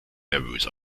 nervös